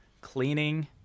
cleaning